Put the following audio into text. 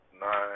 nine